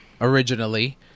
originally